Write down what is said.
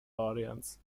audiences